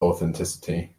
authenticity